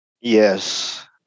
Yes